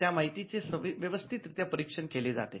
त्या माहितीचे व्यवस्थित रित्या परीक्षण केले जाते